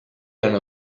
hanno